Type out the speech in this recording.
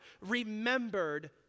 remembered